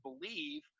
believe